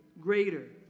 greater